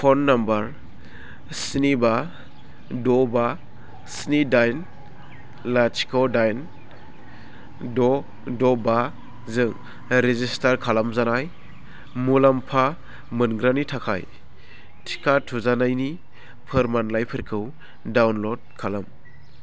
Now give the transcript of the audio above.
phone number स्नि बा द' बा स्नि दाइन लाथिख' दाइन द' द' बाजों रेजिस्टार खालामजानाय मुलामफा मोनग्रानि थाखाय टिका थुजानायनि फोरमानलाइफोरखौ डाउनल'ड खालाम